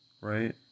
Right